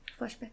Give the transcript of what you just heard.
Flashback